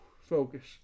focus